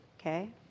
okay